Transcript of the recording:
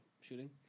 shooting